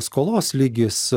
skolos lygis